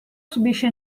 subisce